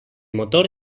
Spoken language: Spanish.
motor